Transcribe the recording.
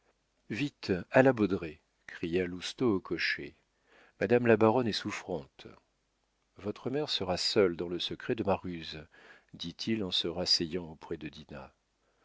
vite à la baudraye cria lousteau au cocher madame la baronne est souffrante votre mère sera seule dans le secret de ma ruse dit-il en se rasseyant auprès de dinah